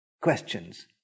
questions